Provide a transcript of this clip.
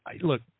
look